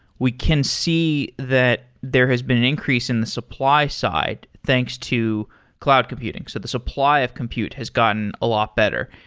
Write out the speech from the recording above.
we can see that there has been an increase in the supply side. thanks to cloud computing. so the supply of compute has gotten a lot better.